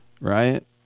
right